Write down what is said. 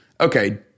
okay